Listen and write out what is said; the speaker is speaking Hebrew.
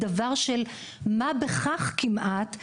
דבר של מה בכך כמעט,